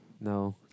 No